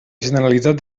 generalitat